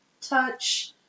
touch